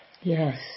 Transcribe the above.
Yes